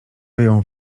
wyjął